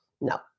no